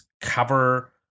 cover